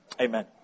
Amen